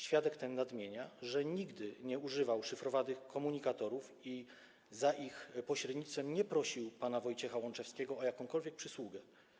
Świadek ten nadmienia, że nigdy nie używał szyfrowanych komunikatorów i za ich pośrednictwem nie prosił pana Wojciecha Łączewskiego o jakąkolwiek przysługę.